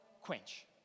quench